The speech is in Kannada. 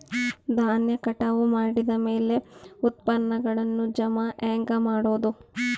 ಧಾನ್ಯ ಕಟಾವು ಮಾಡಿದ ಮ್ಯಾಲೆ ಉತ್ಪನ್ನಗಳನ್ನು ಜಮಾ ಹೆಂಗ ಮಾಡೋದು?